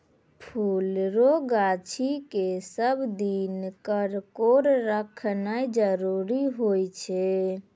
फुल रो गाछी के सब दिन बरकोर रखनाय जरूरी हुवै छै